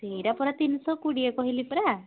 ସେଇଟା ପରା ତିନିଶହ କୋଡ଼ିଏ କହିଲି ପରା